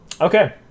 Okay